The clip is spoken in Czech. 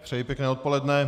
Přeji pěkné odpoledne.